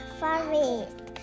forest